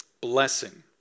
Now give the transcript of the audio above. Blessing